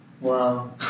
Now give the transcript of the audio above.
Wow